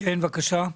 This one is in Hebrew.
בבקשה.